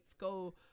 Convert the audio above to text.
go